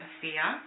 fear